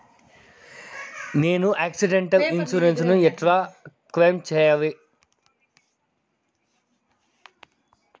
నేను accidental insurance ను ఎలా క్లెయిమ్ సేయాలి?